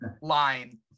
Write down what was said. line